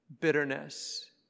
bitterness